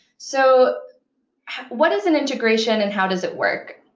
so what is an integration, and how does it work?